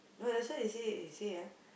no that's why they say you see ah